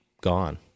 gone